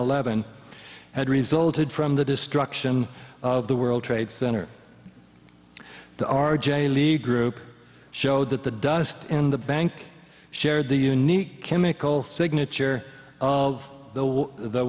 eleven had resulted from the destruction of the world trade center the r j lead group showed that the dust in the bank shared the unique chemical signature of the